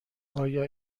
آیا